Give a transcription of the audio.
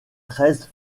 treize